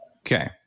Okay